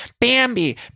Bambi